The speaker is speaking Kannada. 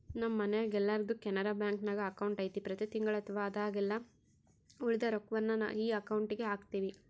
ನಮ್ಮ ಮನೆಗೆಲ್ಲರ್ದು ಕೆನರಾ ಬ್ಯಾಂಕ್ನಾಗ ಅಕೌಂಟು ಐತೆ ಪ್ರತಿ ತಿಂಗಳು ಅಥವಾ ಆದಾಗೆಲ್ಲ ಉಳಿದ ರೊಕ್ವನ್ನ ಈ ಅಕೌಂಟುಗೆಹಾಕ್ತಿವಿ